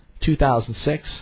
2006